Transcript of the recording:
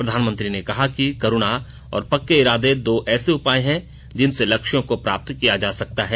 प्रधानमंत्री ने कहा कि करुणा और पक्के इरादे दो ऐसे उपाय है जिनसे लक्ष्यों को प्राप्त किया जा सकता है